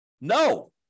No